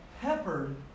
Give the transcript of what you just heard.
peppered